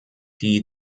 die